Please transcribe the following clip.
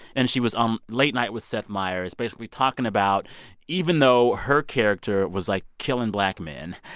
and she was on late night with seth meyers, basically talking about even though her character was, like, killing black men,